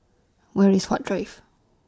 Where IS Huat Drive